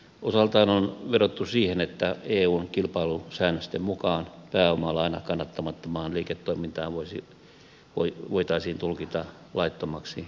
osaltaan on vedottu siihen että eun kilpailusäännösten mukaan pääomalaina kannattamattomaan liiketoimintaan voitaisiin tulkita laittomaksi tueksi